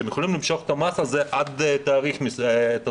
שהם יכולים למשוך את הסכום הזה עד תאריך מסוים,